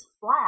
flat